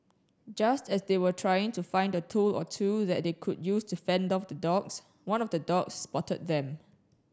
just as they were trying to find a tool or two that they could use to fend off the dogs one of the dogs spotted them